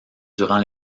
durant